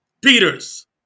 Peters